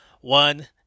One